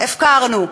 הפקרנו.